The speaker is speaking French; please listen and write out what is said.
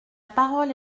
parole